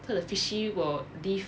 so the fishy will live